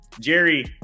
Jerry